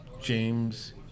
James